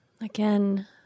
Again